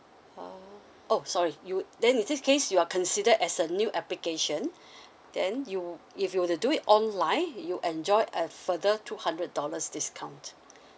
uh oh sorry you then in this case you're consider as a new application then you if you were to do it online you enjoy a further two hundred dollars discount